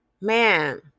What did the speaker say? man